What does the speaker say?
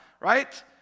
right